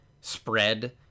spread